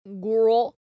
Girl